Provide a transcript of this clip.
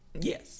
Yes